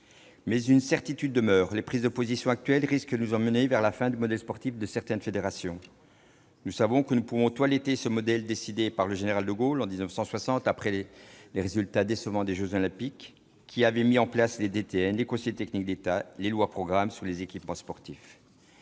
Une certitude demeure : les prises de position actuelles risquent de nous emmener vers la fin du modèle sportif de certaines fédérations. Nous savons que nous pouvons toiletter ce modèle décidé par le général de Gaulle en 1960 après les résultats décevants des jeux Olympiques, qui avait créé les directeurs techniques nationaux, les conseillers techniques d'État et lancé les lois de programme sur les équipements sportifs.